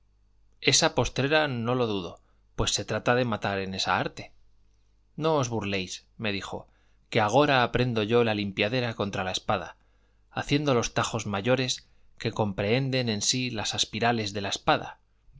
esa postrera no lo dudo pues se trata de matar en esa arte no os burléis me dijo que agora aprendo yo la limpiadera contra la espada haciendo los tajos mayores que comprehenden en sí las aspirales de la espada